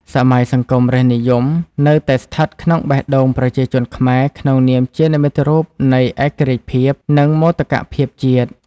សម័យសង្គមរាស្រ្តនិយមនៅតែស្ថិតក្នុងបេះដូងប្រជាជនខ្មែរក្នុងនាមជានិមិត្តរូបនៃឯករាជ្យភាព និងមោទកភាពជាតិ។